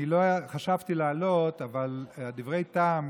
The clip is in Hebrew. תפסו את מקומותיכם,